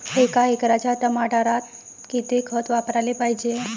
एका एकराच्या टमाटरात किती खत वापराले पायजे?